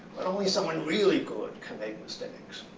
but only someone really good can make mistakes.